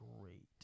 great